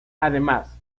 además